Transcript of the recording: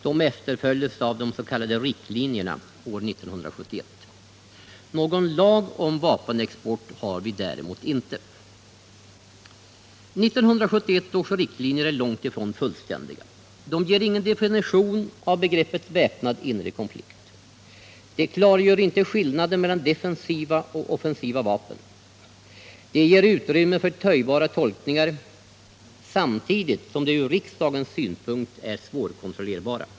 De efterföljdes av s.k. riktlinjer år 1971. Någon lag om vapenexport har vi däremot inte. 1971 års riktlinjer är långt ifrån fullständiga. De ger ingen definition av begreppet väpnad inre konflikt. De klargör inte skillnaden mellan defensiva och offensiva vapen. De ger utrymme för töjbara tolkningar, samtidigt som de från riksdagens synpunkt är svårkontrollerbara.